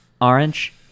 Orange